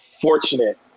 fortunate